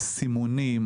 הסימונים,